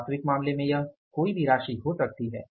वास्तविक मामले में यह कोई भी राशि हो सकती है